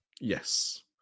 Yes